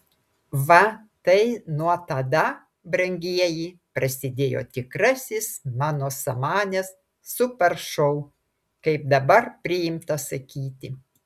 va tai nuo tada brangieji prasidėjo tikrasis mano samanės super šou kaip dabar priimta sakyti